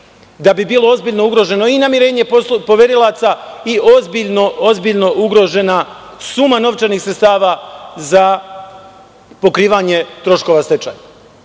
da bi bilo ozbiljno ugroženo i namirenje poverilaca i ozbiljno ugrožena suma novčanih sredstava za pokrivanje troškova stečaja.